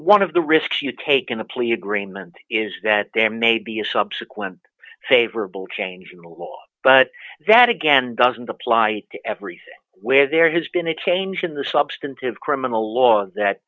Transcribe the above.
one of the risks you take in a plea agreement is that there may be a subsequent favorable change in the law but that again doesn't apply to everything where there has been a change in the substantive criminal law that